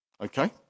Okay